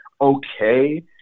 okay